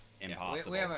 impossible